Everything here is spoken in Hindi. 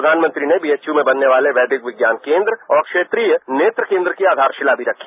प्रधानमंत्री ने बीएचयू में बनने वाले वैदिक विज्ञान केन्द्र और क्षेत्रीयनेत्र केन्द्र की आधारशिला भी रखी